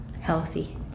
healthy